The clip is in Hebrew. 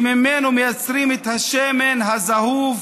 שמהם מייצרים את השמן הזהוב